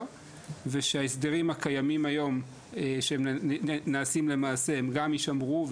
ושההסדרים הקיימים היום שנעשים למעשה גם יישמרו,